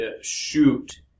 shoot